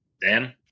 Dan